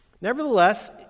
Nevertheless